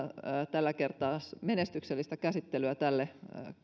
tällä kertaa menestyksellistä käsittelyä tälle